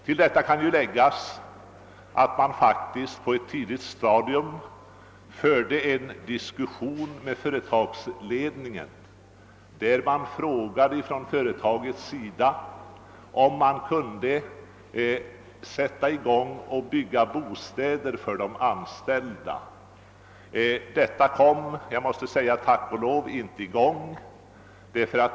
Till detta kan läggas att företagsledningen på ett tidigare stadium frågade om kommunen kunde sätta i gång att bygga bostäder för de anställda. Detta byggande kom — tack och lov, måste jag säga — inte i gång.